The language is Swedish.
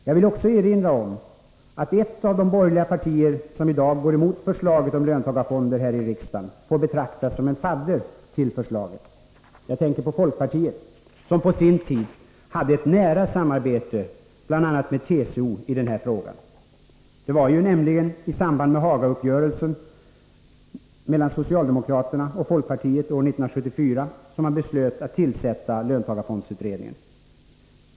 Jag vill också erinra om att ett av de borgerliga partier som i dag går emot förslaget om löntagarfonder här i riksdagen får betraktas som en fadder till förslaget — jag tänker på folkpartiet, som på sin tid hade ett nära samarbete med bl.a. TCO i den här frågan. Det var nämligen i samband med Hagauppgörelsen mellan socialdemokraterna och folkpartiet år 1974 som man beslöt att tillsätta löntagarfondsutredningen.